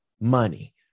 money